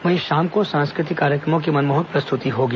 वहीं शाम को सांस्कृ तिक कार्यक्रमों की मनमोहक प्रस्तुति होगी